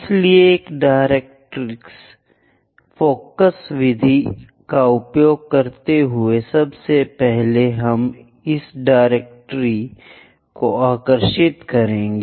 इसलिए इस director focus विधि का उपयोग करते हुए सबसे पहले हम इस डायरेक्ट्री को आकर्षित करेंगे